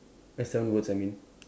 eh seven words I mean